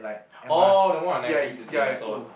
orh the one on Netflix is it I saw